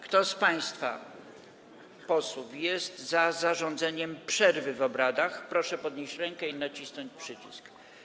Kto z państwa posłów jest za zarządzeniem przerwy w obradach, proszę podnieść rękę i nacisnąć przycisk.